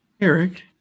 Eric